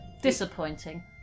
disappointing